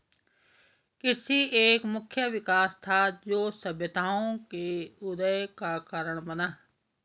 कृषि एक मुख्य विकास था, जो सभ्यताओं के उदय का कारण बना